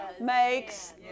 makes